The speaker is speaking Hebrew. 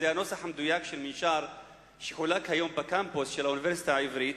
זה הנוסח המדויק של מנשר שחולק היום בקמפוס של האוניברסיטה העברית,